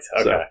Okay